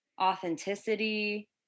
authenticity